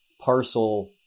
parcel